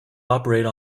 operate